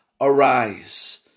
arise